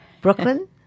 Brooklyn